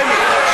שיצביע,